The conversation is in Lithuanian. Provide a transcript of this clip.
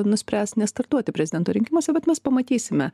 nuspręs nestartuoti prezidento rinkimuose bet mes pamatysime